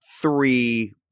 three